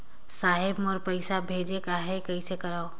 साहेब मोर पइसा भेजेक आहे, कइसे करो?